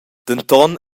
denton